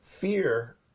Fear